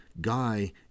guy